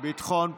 ביטחון פנים,